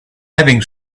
having